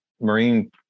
Marine